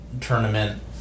tournament